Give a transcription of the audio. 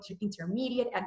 intermediate